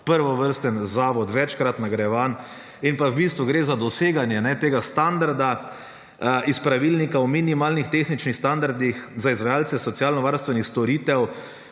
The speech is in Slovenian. prvovrsten zavod, večkrat nagrajen. V bistvu gre za doseganje tega standarda iz pravilnika o minimalnih tehničnih standardih za izvajalce socialno varstvenih storite,